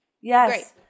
yes